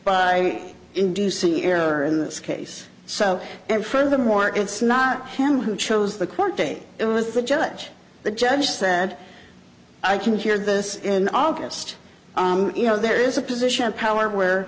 by inducing error in this case so everything more it's not him who chose the court date it was the judge the judge said i can hear this in august you know there is a position power where